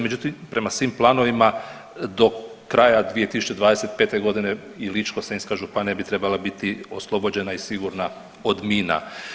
Međutim, prema svim planovima do kraja 2025. godine i Ličko-senjska županija bi trebala biti oslobođena i sigurna od mina.